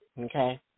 Okay